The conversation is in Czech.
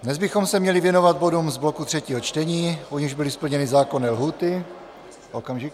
Dnes bychom se měli věnovat bodům z bloku třetího čtení, u nichž byly splněny zákonné lhůty... okamžik...